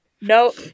No